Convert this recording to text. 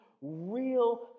real